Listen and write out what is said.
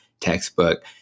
textbook